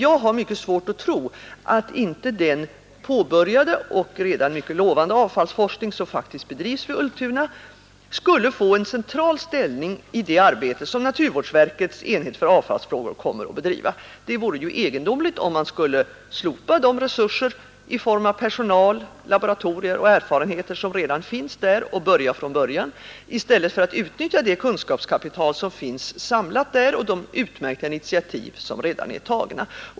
Jag har mycket svårt att tro att inte den påbörjade och redan mycket lovande avfallsforskning som faktiskt bedrivs vid Ultuna skulle få en central ställning i det arbete som naturvårdsverkets enhet för avfallsfrågor kommer att bevira. Det vore ju egendomligt om man skulle slopa de resurser i form av personal, laboratorier och erfarenheter som redan finns där och börja från början, i stället för att utnyttja det kunskapskapital som finns samlat där och de utmärkta initiativ som redan är tagna.